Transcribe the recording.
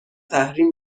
تحریم